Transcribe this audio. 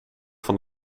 van